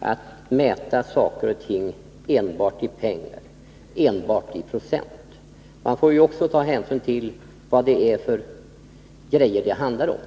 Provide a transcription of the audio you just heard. att mäta saker och ting enbart i pengar eller enbart i procent. Man får också ta hänsyn till vilka grejor det handlar om.